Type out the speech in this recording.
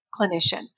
clinician